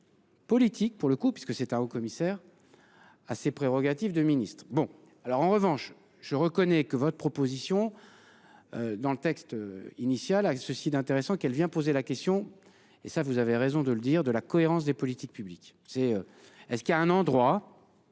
Politique, pour le coup, puisque c'est un haut commissaire. À ses prérogatives de ministres. Bon alors, en revanche je reconnais que votre proposition. Dans le texte initial a ceci d'intéressant qu'elle vient poser la question et ça vous avez raison de le dire, de la cohérence des politiques publiques c'est est ce qu'il y a un endroit.